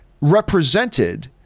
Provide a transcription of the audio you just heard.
represented